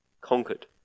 conquered